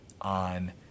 on